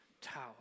tower